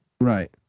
Right